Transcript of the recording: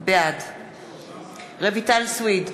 בעד רויטל סויד,